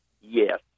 yes